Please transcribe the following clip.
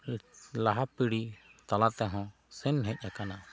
ᱞᱟᱦᱟ ᱯᱤᱲᱦᱤ ᱛᱟᱞᱟ ᱛᱮᱦᱚᱸ ᱥᱮᱱ ᱦᱮᱡ ᱟᱠᱟᱱᱟ